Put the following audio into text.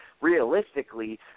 Realistically